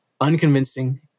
unconvincing